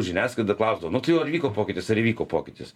žiniasklaida klausdavo nu tai jau ar įvyko pokytis ar įvyko pokytis